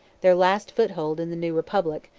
their last foothold in the new republic,